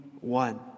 one